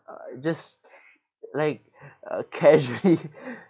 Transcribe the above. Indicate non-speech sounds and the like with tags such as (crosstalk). uh just like uh casually (laughs)